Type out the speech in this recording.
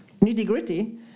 nitty-gritty